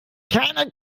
keine